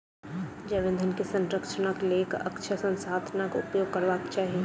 जैव ईंधन के संरक्षणक लेल अक्षय संसाधनाक उपयोग करबाक चाही